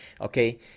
okay